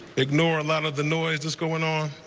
ignore a lot of the noise that's going on,